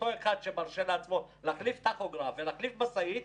אותו אחד שמרשה לעצמו להחליף טכוגרף ולהחליף משאית,